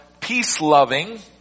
peace-loving